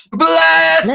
bless